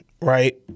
right